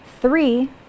Three